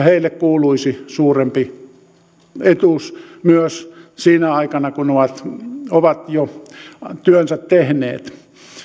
heille kuuluisi suurempi etuus myös sinä aikana kun ovat ovat jo työnsä tehneet